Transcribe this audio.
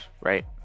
right